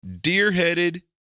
deer-headed